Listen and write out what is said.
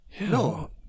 no